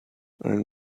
ein